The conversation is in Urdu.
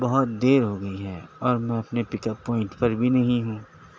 بہت دیر ہوگئی ہے اور میں اپنے پک اپ پوائنٹ پر بھی نہیں ہوں